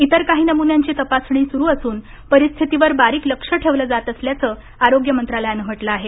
इतर काही नमुन्यांची तपासणी सुरू असून परिस्थितीवर बारीक लक्ष ठेवलं जात असल्याचं आरोग्य मंत्रालयानं म्हटलं आहे